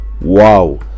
wow